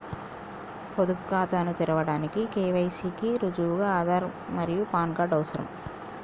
పొదుపు ఖాతాను తెరవడానికి కే.వై.సి కి రుజువుగా ఆధార్ మరియు పాన్ కార్డ్ అవసరం